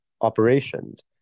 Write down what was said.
operations